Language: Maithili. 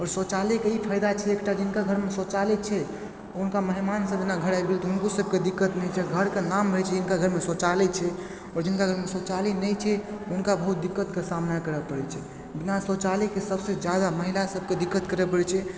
आओर शौचालयके ई फायदा छै एक टा जिनका घरमे शौचालय छै हुनका मेहमान सब जेना घर आयब गेल तऽ हुनको सबके दिक्कत नहि छै घरके नाम रहय छै जे हिनका घरमे शौचालय छै आओर जिनका घरमे शौचालय नहि छै हुनका बहुत दिक्कतके सामना करऽ पड़य छै बिना शौचालयके सबसँ जादा महिला सबके दिक्कत करऽ पड़य छै